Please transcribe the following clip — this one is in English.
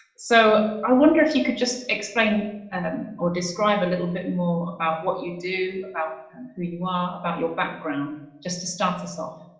so i wonder if you could just explain or describe a little bit more about what you do, about um who you are, about your background just to start us off.